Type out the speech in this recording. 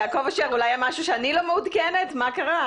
יעקב אשר, יש אולי משהו שאני לא מעודכנת בו?